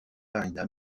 marina